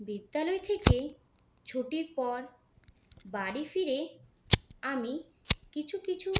বিদ্যালয় থেকে ছুটির পর বাড়ি ফিরে আমি কিছু কিছু